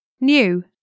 New